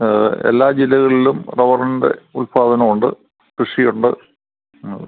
എല്ലാ ജില്ലകളിലും റബറിന്റെ ഉൽപ്പദനമുണ്ട് കൃഷിയുണ്ട് ഉം